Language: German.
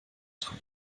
dran